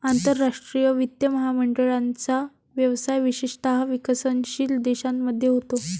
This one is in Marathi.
आंतरराष्ट्रीय वित्त महामंडळाचा व्यवसाय विशेषतः विकसनशील देशांमध्ये होतो